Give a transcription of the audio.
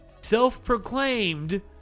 Self-proclaimed